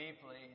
deeply